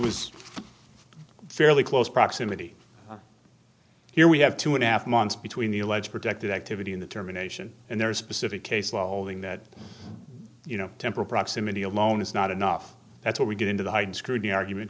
was fairly close proximity here we have two and a half months between the alleged protected activity in the terminations and their specific case welding that you know temporal proximity alone is not enough that's what we get into the heightened security argument